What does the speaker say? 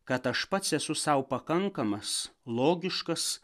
kad aš pats esu sau pakankamas logiškas